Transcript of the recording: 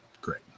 great